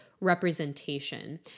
representation